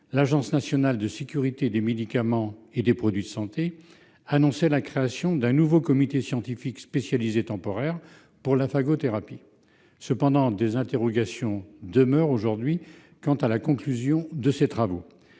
l'Agence nationale de sécurité du médicament et des produits de santé annonçait la création d'un nouveau comité scientifique spécialisé temporaire- CSST -pour la phagothérapie. Cependant, des interrogations demeurent quant à la conclusion de ces travaux.